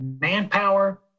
manpower